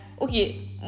okay